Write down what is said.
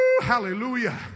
Hallelujah